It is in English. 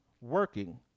working